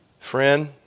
friend